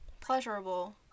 pleasurable